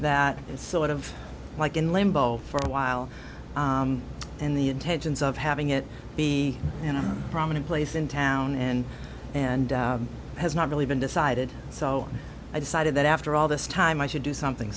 that is sort of like in limbo for a while and the intentions of having it be in a prominent place in town and and has not really been decided so i decided that after all this time i should do something